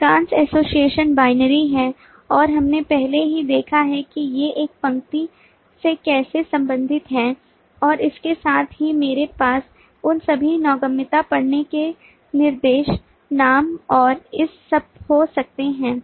अधिकांश association binary हैं और हमने पहले ही देखा है कि ये एक पंक्ति से कैसे संबंधित हैं और इसके साथ ही मेरे पास उन सभी नौगम्यता पढ़ने के निर्देश नाम और इस सब हो सकते हैं